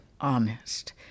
honest